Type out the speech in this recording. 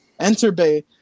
Enterbay